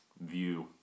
view